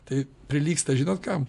tai prilygsta žinot kam